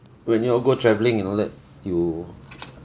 when you all go travelling and all that you